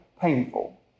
painful